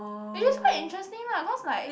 which is quite interesting lah cause like